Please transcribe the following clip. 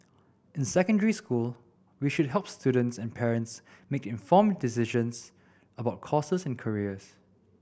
in secondary school we should help students and parents make informed decisions about courses and careers